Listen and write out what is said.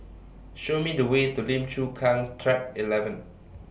Show Me The Way to Lim Chu Kang Track eleven